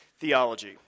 theology